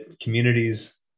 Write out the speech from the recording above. communities